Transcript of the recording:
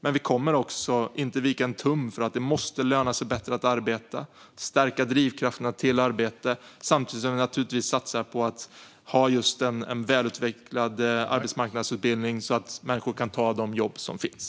Men vi kommer inte heller att vika en tum från att det måste löna sig bättre att arbeta och stärka drivkrafterna till arbete, samtidigt som vi naturligtvis satsar på att ha just en välutvecklad arbetsmarknadsutbildning så att människor kan ta de jobb som finns.